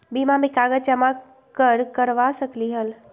बीमा में कागज जमाकर करवा सकलीहल?